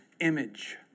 image